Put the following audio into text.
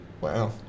Wow